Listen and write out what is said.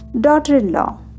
daughter-in-law